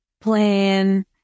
plan